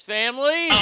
family